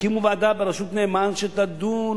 הקימו ועדה בראשות נאמן שתדון.